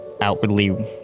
outwardly